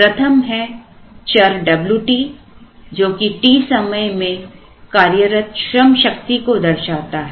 प्रथम है चर Wt जो कि t समय में कार्यरत श्रम शक्ति को दर्शाता है